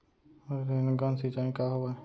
Rain gun सिंचाई का हवय?